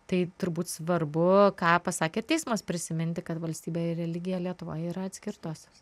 tai turbūt svarbu ką pasakė teismas prisiminti kad valstybė ir religija lietuvoj yra atskirtos